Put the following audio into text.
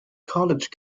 college